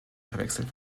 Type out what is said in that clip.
verwechselt